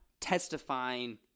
testifying